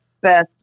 best